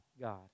God